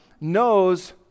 knows